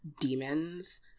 demons